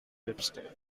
dubstep